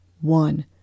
one